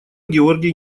георгий